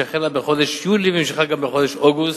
שהחלה בחודש יולי ונמשכה גם בחודש אוגוסט,